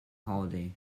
holiday